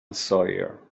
sawyer